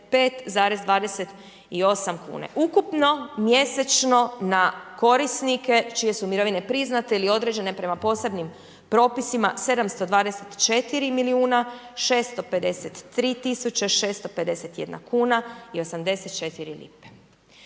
28 kuna. Ukupno mjesečno na korisnike čije su mirovine priznate ili određene prema posebnim propisima, 724 653 651 kuna i 84 lipe.